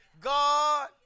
God